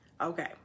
Okay